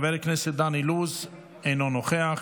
חבר הכנסת דן אילוז, אינו נוכח,